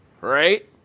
right